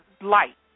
light